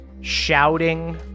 shouting